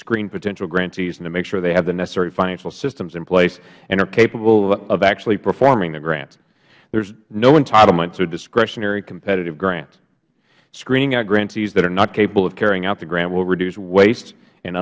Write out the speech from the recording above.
screen potential grantees and to make sure they have the necessary financial systems in place and are capable of actually performing the grant there is no entitlement to a discretionary competitive grant screening out grantees that are not capable of carrying out the grant will reduce waste and